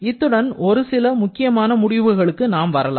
இத்துடன் ஒரு சில முக்கியமான முடிவுகளுக்கு நாம் வரலாம்